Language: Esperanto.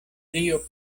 dio